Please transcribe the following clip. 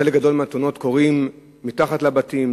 חלק גדול מהתאונות קורות מתחת לבתים,